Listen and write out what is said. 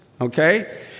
okay